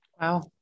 Wow